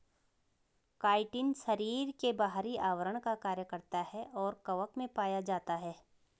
chitin शरीर के बाहरी आवरण का कार्य करता है और कवक में पाया जाता है